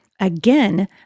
Again